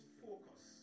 focus